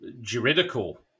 juridical